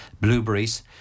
Blueberries